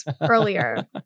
earlier